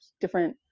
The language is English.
different